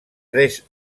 tres